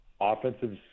offensive